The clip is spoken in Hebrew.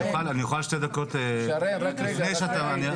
אני אוכל שתי דקות לפני שאתה ממשיך,